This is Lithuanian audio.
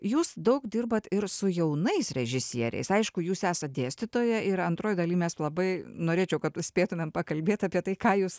jūs daug dirbat ir su jaunais režisieriais aišku jūs esat dėstytoja ir antroj daly mes labai norėčiau kad spėtumėm pakalbėt apie tai ką jūs